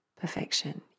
perfection